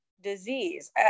disease